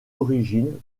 origine